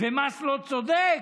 ומס לא צודק,